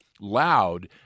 loud